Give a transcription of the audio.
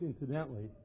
incidentally